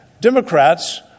Democrats